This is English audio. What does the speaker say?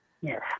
Yes